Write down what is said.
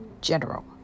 General